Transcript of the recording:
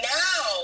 now